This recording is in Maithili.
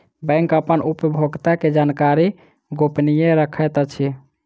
बैंक अपन उपभोगता के जानकारी गोपनीय रखैत अछि